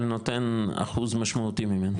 אבל נותן אחוז משמעותי ממנו.